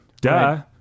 Duh